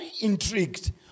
intrigued